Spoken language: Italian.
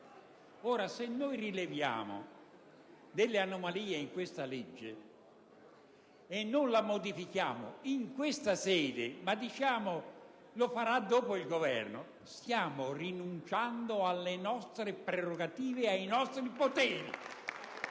sede. Se noi rileviamo delle anomalie in questo disegno di legge e non lo modifichiamo in questa sede, ma diciamo che lo farà dopo il Governo, stiamo rinunciando alle nostre prerogative e ai nostri poteri.